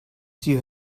sie